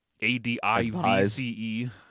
A-D-I-V-C-E